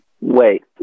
Wait